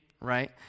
right